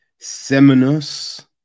Seminus